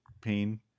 pain